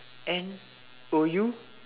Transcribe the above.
N O U